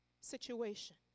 situation